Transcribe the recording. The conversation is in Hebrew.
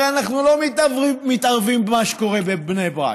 הרי אנחנו לא מתערבים במה שקורה בבני ברק,